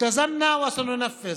הבטחנו ונקיים.